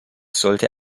sollte